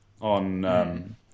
on